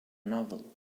novel